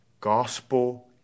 gospel